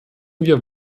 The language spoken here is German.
wir